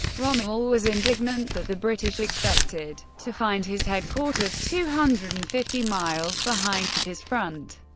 rommel was indignant that the british expected to find his headquarters two hundred and fifty miles behind his front.